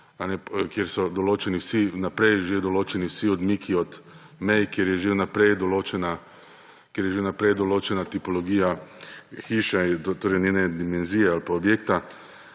kjer so vnaprej že določeni vsi odmiki od mej, kjer je že vnaprej določena tipologija hiše, torej njene dimenzije, ali pa objekta,